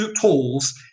tools